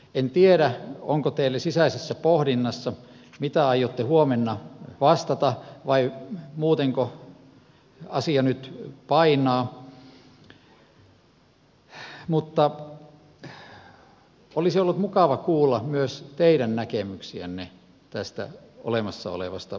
en tiedä onko teillä sisäisessä pohdinnassa mitä aiotte huomenna vastata vai muutenko asia nyt painaa mutta olisi ollut mukava kuulla myös teidän näkemyksiänne tästä olemassa olevasta tilanteesta